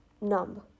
numb